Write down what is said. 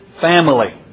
family